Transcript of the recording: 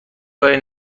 کاری